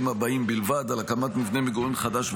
הבאים בלבד: על הקמת מבנה מגורים חדש,